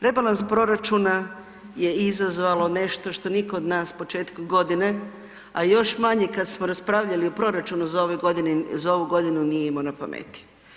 Rebalans proračuna je izazvalo nešto što nitko od nas početkom godine, a još manje kad smo raspravljali o proračunu za ovu godinu nije imao na pameti.